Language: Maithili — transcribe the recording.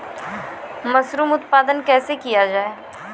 मसरूम उत्पादन कैसे किया जाय?